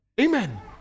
Amen